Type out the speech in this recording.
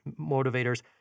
motivators